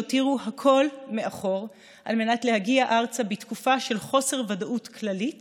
שהותירו הכול מאחור על מנת להגיע ארצה בתקופה של חוסר ודאות כללית